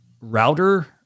router